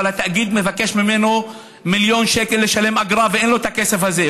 אבל התאגיד מבקש ממנו לשלם אגרה של מיליון שקל ואין לו את הכסף הזה,